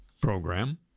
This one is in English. program